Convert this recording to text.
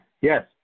Yes